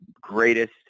greatest